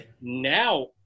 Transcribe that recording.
now